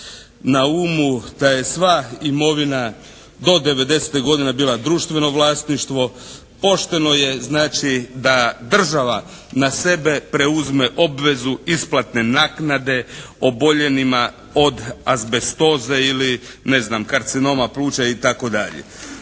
na umu da je sva imovina do '90. godine bila društveno vlasništvo. Pošteno je znači da država na sebe preuzme obvezu isplatne naknade oboljenima od azbestoze ili ne znam karcinoma pluća itd.